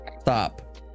Stop